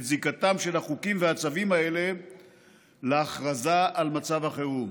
זיקתם של החוקים והצווים האלה להכרזה על מצב החירום,